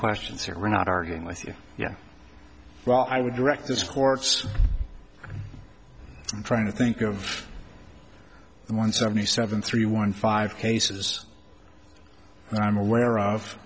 questions here we're not arguing with you yeah well i would direct this court's i'm trying to think of one seventy seven three one five cases and i'm aware of